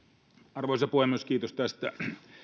arvoisa puhemies kiitos tästä